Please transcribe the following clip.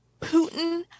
Putin